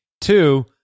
Two